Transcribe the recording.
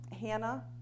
Hannah